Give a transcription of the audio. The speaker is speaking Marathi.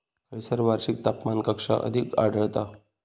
खैयसर वार्षिक तापमान कक्षा अधिक आढळता?